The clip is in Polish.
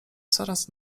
coraz